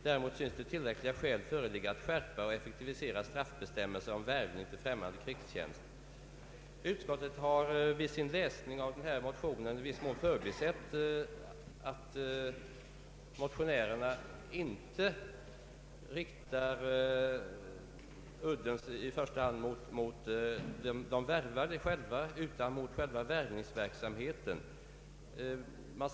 Däremot synes tillräckliga skäl föreligga att skärpa och effektivisera straffbestämmelsen om värvning till främmande krigstjänst.” Utskottet har vid sin behandling av denna motion i viss mån förbisett att motionärerna inte i första hand riktar udden mot de värvade själva, utan mot själva värvningsverksamheten.